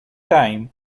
time